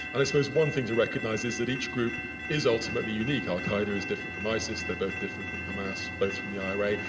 and i suppose one thing to recognize is that each group is ultimately unique. al-qaeda is different from isis. they're both different from hamas, both from the ira,